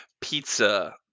pizza